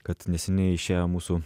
kad neseniai išėjo mūsų